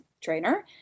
trainer